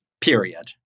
period